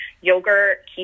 yogurt